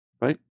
right